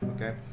okay